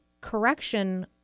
correction